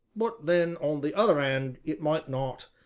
but then, on the other hand, it might not,